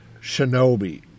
Shinobi